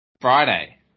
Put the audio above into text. Friday